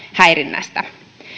häirinnästä